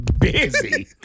busy